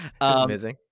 amazing